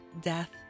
death